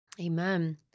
Amen